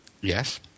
Yes